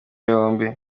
yombi